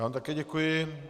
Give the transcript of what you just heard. Já vám také děkuji.